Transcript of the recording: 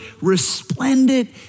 resplendent